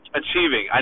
achieving